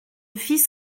fils